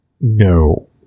No